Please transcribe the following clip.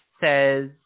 says